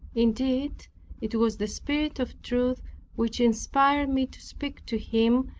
indeed it was the spirit of truth which inspired me to speak to him,